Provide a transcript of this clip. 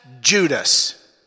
Judas